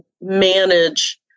manage